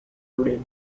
today